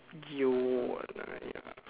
you